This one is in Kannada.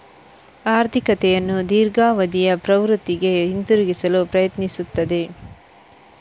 ಆರ್ಥಿಕತೆಯನ್ನು ದೀರ್ಘಾವಧಿಯ ಪ್ರವೃತ್ತಿಗೆ ಹಿಂತಿರುಗಿಸಲು ಪ್ರಯತ್ನಿಸುತ್ತದೆ